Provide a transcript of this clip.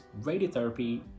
Radiotherapy